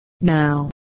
Now